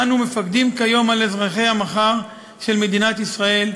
אנו מפקדים כיום על אזרחי המחר של מדינת ישראל,